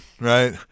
right